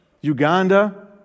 Uganda